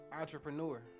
Entrepreneur